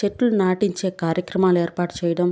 చెట్లు నాటించే కార్యక్రమాలు ఏర్పాటు చేయడం